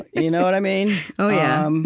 you know what i mean? oh, yeah um